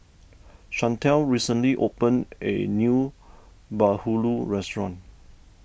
Chantelle recently opened a new Bahulu restaurant